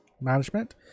management